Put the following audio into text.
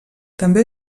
també